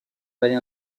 vallée